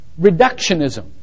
reductionism